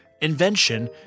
invention